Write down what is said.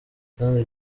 kandi